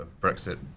Brexit